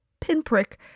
pinprick